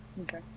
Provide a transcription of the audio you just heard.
Okay